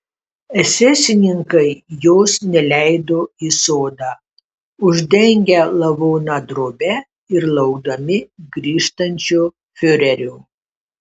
esesininkai jos neleido į sodą uždengę lavoną drobe ir laukdami grįžtančio fiurerio